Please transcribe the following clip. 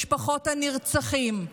משפחות הנרצחים,